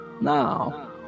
now